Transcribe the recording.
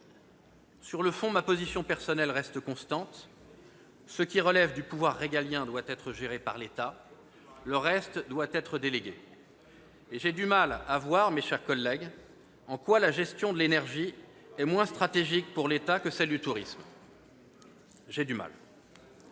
Sur le fond, ma position personnelle reste constante : ce qui relève du pouvoir régalien doit être géré par l'État ; le reste doit être délégué. Très bien ! Tout à fait ! J'ai du mal à voir, mes chers collègues, en quoi la gestion de l'énergie serait moins stratégique pour l'État que celle du tourisme ... Il